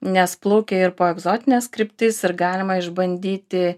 nes plaukia ir po egzotines kryptis ir galima išbandyti